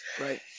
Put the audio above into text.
Right